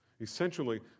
Essentially